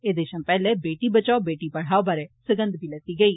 एह्दे थमां पैह्ले 'बेटी बचाओ बेटी पढ़ाओ' बारै सगंध बी लैती गेई